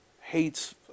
hates